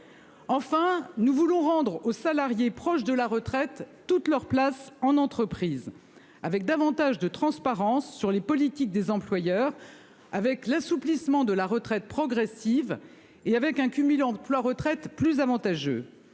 Enfin, nous voulons rendre aux salariés proches de la retraite toute leur place en entreprise. Avec davantage de transparence sur les politiques des employeurs avec l'assouplissement de la retraite progressive. Et avec un cumul emploi-retraite plus avantageux.